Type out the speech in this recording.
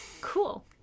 Cool